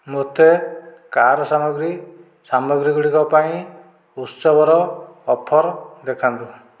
ମୋତେ କାର୍ ସାମଗ୍ରୀ ସାମଗ୍ରୀଗୁଡ଼ିକ ପାଇଁ ଉତ୍ସବର ଅଫର୍ ଦେଖାନ୍ତୁ